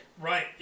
Right